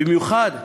במיוחד,